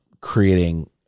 creating